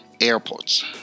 airports